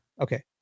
Okay